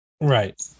right